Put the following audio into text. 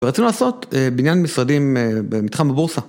ורצינו לעשות בניין משרדים במתחם בבורסה.